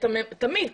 תמיד,